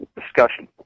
discussion